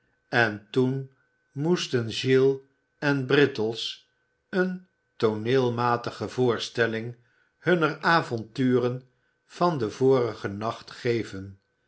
en toen moesten giles en brittles een tooneelmatige voorstelling hunner avonturen van den vorigen nacht geven